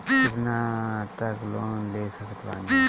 कितना तक लोन ले सकत बानी?